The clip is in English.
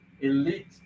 elite